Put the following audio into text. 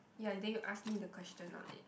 ya I think you ask me the question only